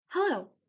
Hello